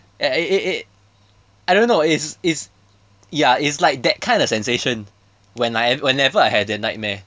it it it I don't know it's it's ya it's like that kind of sensation when I whenever I had that nightmare